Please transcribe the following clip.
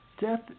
Death